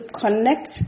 connect